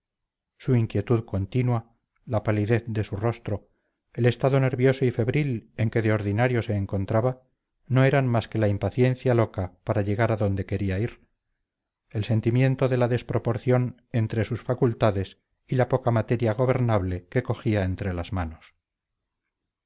su inquietud continua la palidez de su rostro el estado nervioso y febril en que de ordinario se encontraba no eran más que la impaciencia loca para llegar a donde quería ir el sentimiento de la desproporción entre sus facultades y la poca materia gobernable que cogía entre las manos